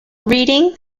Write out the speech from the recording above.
reading